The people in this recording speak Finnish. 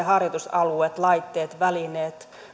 harjoitusalueet laitteet välineet